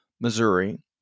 Missouri